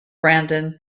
brandon